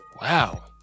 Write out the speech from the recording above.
Wow